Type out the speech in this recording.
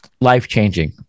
life-changing